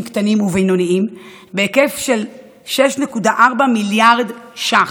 קטנים ובינוניים בהיקף של 6.4 מיליארד שקלים.